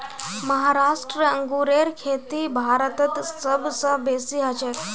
महाराष्ट्र अंगूरेर खेती भारतत सब स बेसी हछेक